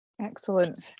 excellent